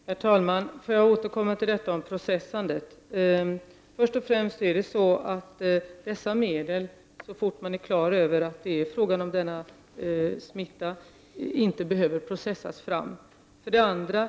Herr talman! Jag vill återkomma till detta med processandet. Så fort det har klarlagts att det rör sig om denna smitta behöver man inte processa för att få ut dessa medel.